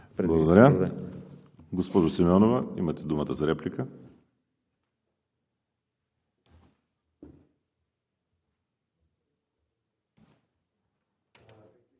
Благодаря. Госпожо Симеонова, имате думата за реплика.